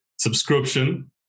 subscription